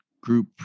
group